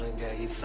day he